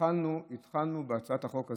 התחלנו בהצעת החוק הזאת,